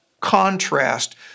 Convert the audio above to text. contrast